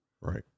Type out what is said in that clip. Right